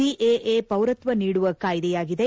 CAA ಪೌರತ್ವ ನೀಡುವ ಕಾಯ್ದೆಯಾಗಿದೆ